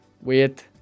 wait